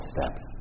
Steps